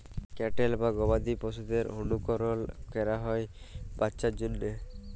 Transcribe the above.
cattle বা গবাদি পশুদের অলুকরল ক্যরা হ্যয় বাচ্চার জ্যনহে